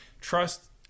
trust